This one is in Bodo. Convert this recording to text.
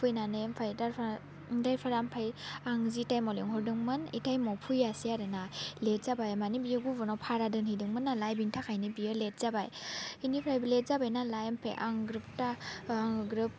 फैनानै ओमफ्राय द्राइभारा ओमफ्राय आं जि टाइमआव लिंहरदोंमोन बे टाइमआव फैयासै आरो ना लेट जाबाय माने बियो गुबुनाव भारा दोनहैदोंमोन नालाय बिनि थाखायनो बियो लेट जाबाय बिनिफ्राय लेट जाबाय नालाय ओमफ्राय आं ग्रोब